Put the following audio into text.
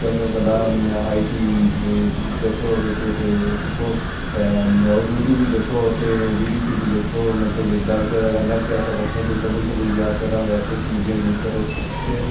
چنگ بلا ائی ٹی تے گچھو گجو تے سیکھو اور یوٹیوب بھی گچو ویڈیو دیکھو مطلب ڈاکٹر یا نرس شرز اگر تساں کوئی صبح سبق یاد کرنا وے سوشل میڈیا یوز کرو فیس